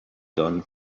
done